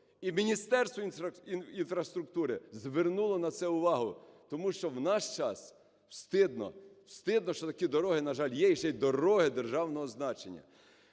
і Міністерство інфраструктури звернуло на це увагу. Тому що в наш час стидно, стидно, що такі дороги, на жаль, є і ще й дороги державного значення.